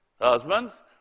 Husbands